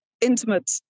intimate